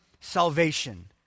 salvation